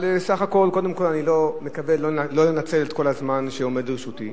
בסך הכול, אני לא אנצל את כל הזמן שעומד לרשותי.